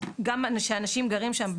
גם שאנשים גרים שם,